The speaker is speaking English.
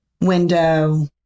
window